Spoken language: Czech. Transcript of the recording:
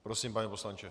Prosím, pane poslanče.